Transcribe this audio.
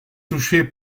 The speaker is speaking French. touchés